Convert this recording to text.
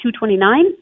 229